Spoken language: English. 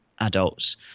adults